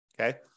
okay